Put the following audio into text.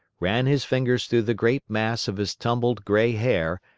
ran his fingers through the great mass of his tumbled gray hair,